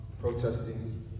protesting